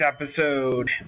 episode